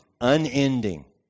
unending